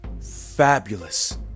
fabulous